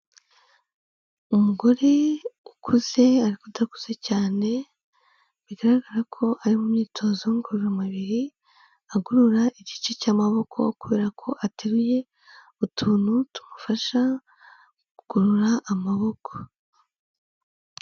Umugore ukuze ariko udakuze cyane, bigaragara ko ari mu myitozo ngororamubiri, agorora igice cy'amaboko kubera ko ateruye utuntu tumufasha kugorora amaboko.